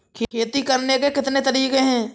खेती करने के कितने तरीके हैं?